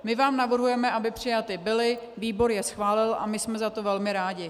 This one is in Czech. My vám navrhujeme, aby přijaty byly, výbor je schválil a my jsme za to velmi rádi.